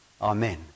Amen